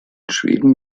schweden